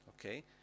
okay